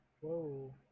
Whoa